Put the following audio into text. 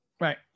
right